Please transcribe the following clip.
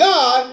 God